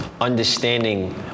understanding